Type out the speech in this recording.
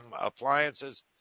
appliances